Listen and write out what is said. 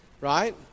right